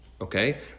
Okay